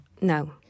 no